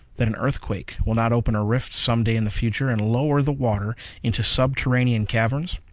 that an earthquake will not open a rift some day in the future and lower the water into subterranean caverns?